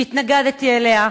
שהתנגדתי לה,